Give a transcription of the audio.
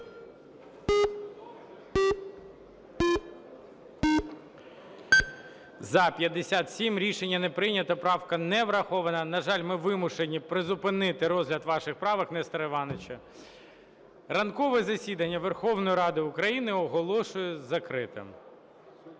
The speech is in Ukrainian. Рішення не прийнято. Правка не врахована. На жаль, ми вимушені призупинити розгляд ваших правок, Несторе Івановичу. Ранкове засідання Верховної Ради України оголошую закритим.